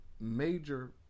major